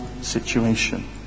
situation